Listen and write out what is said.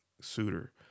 suitor